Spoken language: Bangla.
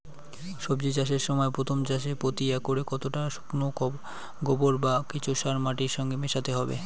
সবজি চাষের সময় প্রথম চাষে প্রতি একরে কতটা শুকনো গোবর বা কেঁচো সার মাটির সঙ্গে মেশাতে হবে?